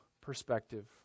perspective